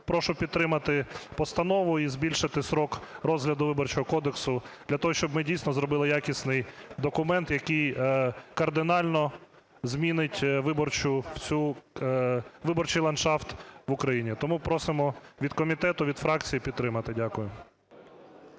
прошу підтримати постанову і збільшити строк розгляду Виборчого кодексу для того, щоб ми, дійсно, зробили якісний документ, який кардинально змінить виборчу всю… виборчий ландшафт в Україні. Тому просимо від комітету, від фракції підтримати. Дякую.